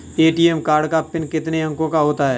ATM card का PIN कितने अंकों का होता है?